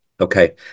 Okay